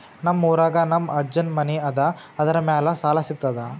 ನಮ್ ಊರಾಗ ನಮ್ ಅಜ್ಜನ್ ಮನಿ ಅದ, ಅದರ ಮ್ಯಾಲ ಸಾಲಾ ಸಿಗ್ತದ?